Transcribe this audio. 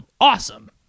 awesome